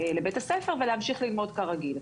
לבית הספר ולהמשיך ללמוד כרגיל.